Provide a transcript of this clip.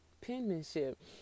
penmanship